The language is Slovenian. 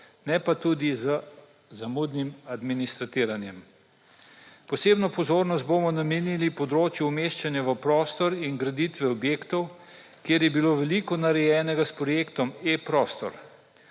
ne pa tudi z zamudnim administriranjem. Posebno pozornost bomo namenili področju umeščanja v prostor in graditve objektov kjer je bilo veliko narejenega s projektom e-prostor.